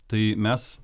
tai mes